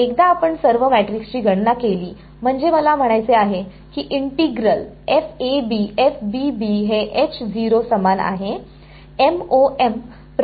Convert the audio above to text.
एकदा आपण सर्व मॅट्रिक्सची गणना केली म्हणजे मला म्हणायचे आहे की इंटीग्रल हे समान आहे MoM प्रक्रिया पूर्ण केल्यावर हे आहे